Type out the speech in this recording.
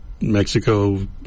Mexico